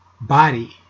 Body